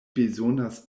bezonas